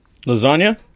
Lasagna